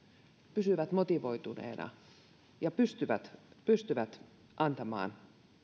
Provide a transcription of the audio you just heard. pysyvät motivoituneina ja pystyvät pystyvät antamaan